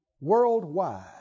Worldwide